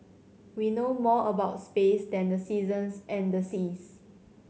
we know more about space than the seasons and the seas